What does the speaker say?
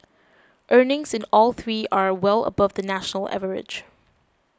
earnings in all three are well above the national average